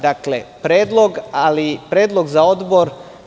Dakle, predlog, ali predlog za odbor.